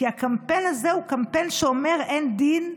כי הקמפיין הזה הוא קמפיין שאומר: אין דין,